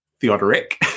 Theodoric